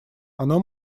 оно